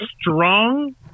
strong